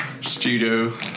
studio